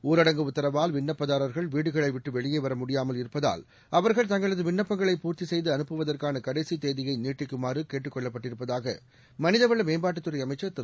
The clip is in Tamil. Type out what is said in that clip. ஊரடங்கு உத்தரவால் விண்ணப்பதாரர்கள் வீடுகளை விட்டு வெளியே வர முடியாமல் இருப்பதால் அவர்கள் தங்களது விண்ணப்பங்களை பூர்த்தி செய்து அனுப்புவதற்கான கடைசி தேதியை நீட்டிக்குமாறு கேட்டுக்கொள்ளப்பட்டிருப்பதாக மனிதவள மேம்பாட்டுத்துறை அமைச்சள் திரு